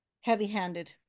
heavy-handed